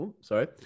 Sorry